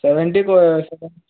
seventy